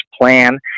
plan